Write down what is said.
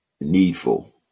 needful